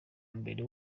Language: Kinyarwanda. mbere